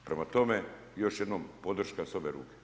Prema tome, još jednom podrška s obje ruke.